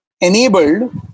enabled